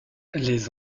les